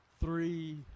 three